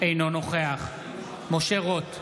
אינו נוכח משה רוט,